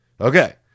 Okay